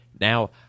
Now